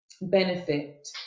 benefit